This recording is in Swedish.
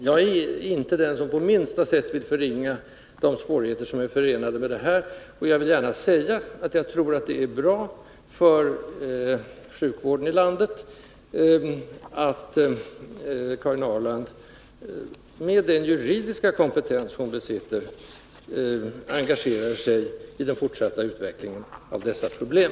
Jag är inte den som på minsta sätt vill förringa de svårigheter som är förenade med detta. Jag vill därför gärna säga att jag tror att det är bra för sjukvården i landet att Karin Ahrland, med den juridiska kompetens hon besitter, engagerar sig i den fortsatta penetrationen av dessa problem.